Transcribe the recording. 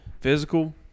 Physical